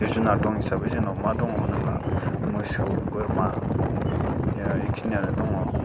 जिब जुनार दं हिसाबै जोंनाव मा दं होनोब्ला मोसौ बोरमा बे खिनियानो दङ